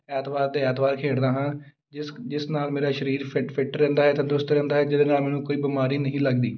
ਐਤਵਾਰ ਦੇ ਐਤਵਾਰ ਖੇਡਦਾ ਹਾਂ ਜਿਸ ਜਿਸ ਨਾਲ ਮੇਰਾ ਸਰੀਰ ਫਿੱਟ ਫਿੱਟ ਰਹਿੰਦਾ ਹੈ ਤੰਦਰੁਸਤ ਰਹਿੰਦਾ ਹੈ ਜਿਹਦੇ ਨਾਲ ਮੈਨੂੰ ਕੋਈ ਬਿਮਾਰੀ ਨਹੀਂ ਲੱਗਦੀ